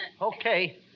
Okay